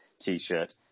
t-shirt